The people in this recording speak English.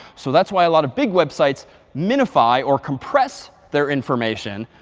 so that's why a lot of big websites minify or compress their information,